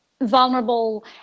vulnerable